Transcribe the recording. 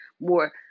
more